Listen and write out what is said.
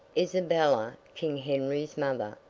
isabella, king henry's mother,